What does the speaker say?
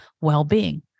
well-being